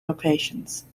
locations